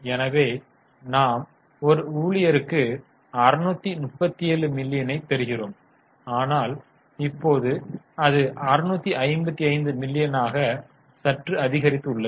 எனவே நாம் ஒரு ஊழியருக்கு 637 மில்லியனைப் பெறுகிறோம் ஆனால் இப்போது அது 655 மில்லியனாக சற்று அதிகரித்துள்ளது